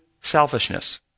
selfishness